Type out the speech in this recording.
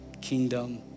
kingdom